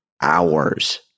hours